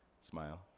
smile